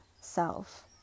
self